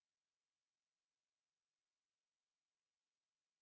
okay hold on hold on oh I'll only let let you